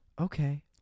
okay